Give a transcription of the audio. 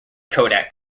kodak